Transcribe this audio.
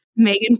Megan